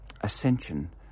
ascension